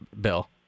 Bill